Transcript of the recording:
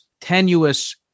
tenuous